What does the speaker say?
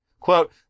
Quote